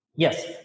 Yes